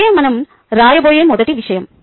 అదే మనం రాయబోయే మొదటి విషయం